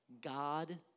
God